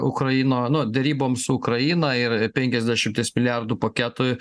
ukraino deryboms su ukraina ir penkiasdešimties milijardų paketui